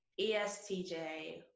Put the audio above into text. ESTJ